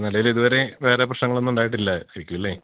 നിലവിലിതുവരെ വേറെ പ്രശ്നങ്ങളൊന്നുമുണ്ടായിട്ടില്ലായിരിക്കുമല്ലെ